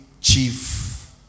chief